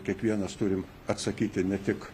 kiekvienas turim atsakyti ne tik